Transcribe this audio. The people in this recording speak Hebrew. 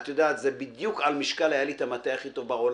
זה בדיוק על משקל היה לי את המטה הכי טוב בעולם,